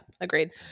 Agreed